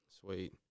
Sweet